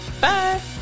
Bye